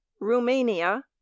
Romania